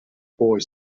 boy